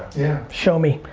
yeah show me.